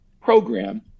program